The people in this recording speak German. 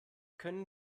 können